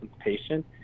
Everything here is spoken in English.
patient